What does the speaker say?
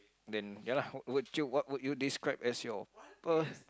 then ya lah would you what would you describe as your per~